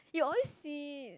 you always see